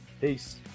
Peace